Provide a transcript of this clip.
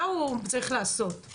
מה הוא צריך לעשות?